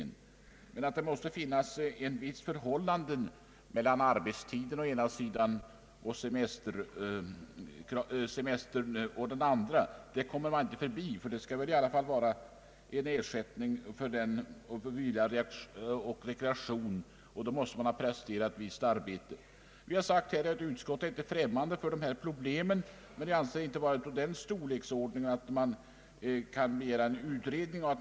Men man kan inte komma ifrån att det måste råda ett visst förhållande mellan arbetstider å ena sidan och semester å andra sidan. Man måste dock ha presterat ett visst arbete för att kunna få ut semester som ju behövs för vila och rekreation efter detta arbete. Utskottet är alltså inte främmande för dessa problem men anser inte att de är av den storleksordningen att man kan begära en utredning.